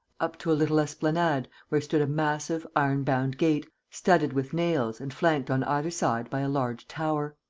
up to a little esplanade, where stood a massive, iron-bound gate, studded with nails and flanked on either side by a large tower.